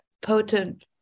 potent